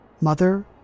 mother